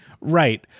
Right